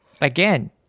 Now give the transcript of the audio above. again